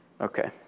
Okay